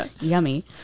yummy